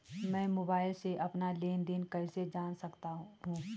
मैं मोबाइल से अपना लेन लेन देन कैसे जान सकता हूँ?